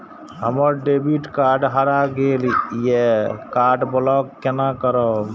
हमर debit card हरा गेल ये कार्ड ब्लॉक केना करब?